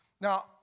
Now